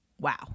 wow